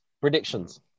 Predictions